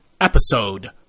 episode